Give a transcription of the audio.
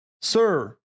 Sir